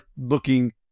looking